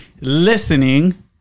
listening